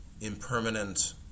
impermanent